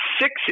Six